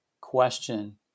question